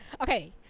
Okay